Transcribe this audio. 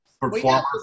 performers